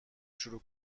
شروع